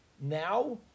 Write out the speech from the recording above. Now